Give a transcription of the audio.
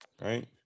Right